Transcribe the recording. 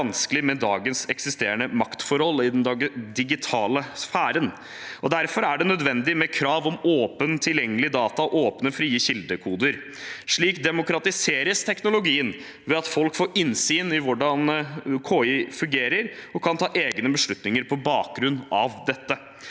med dagens eksisterende maktforhold i den digitale sfæren. Det er derfor nødvendig med krav om åpne, tilgjengelige data og åpne, frie kildekoder. Slik demokratiseres teknologien: ved at folk får innsyn i hvordan KI fungerer, og kan ta egne beslutninger på bakgrunn av dette.